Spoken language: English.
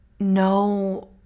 No